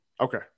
Okay